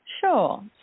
sure